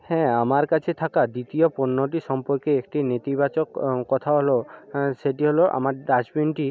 হ্যাঁ আমার কাছে থাকা দ্বিতীয় পণ্যটি সম্পর্কে একটি নেতিবাচক কথা হলো সেটি হলো আমার ডাস্টবিনটি